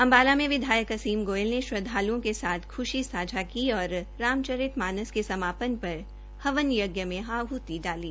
अम्बाला से विधायक असीम गोयल ने श्रद्वालू के साथ खुशी सांझा की और राम चरितमानस के समाप्त पर हवन यज्ञ में आहूति डाली